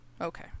Okay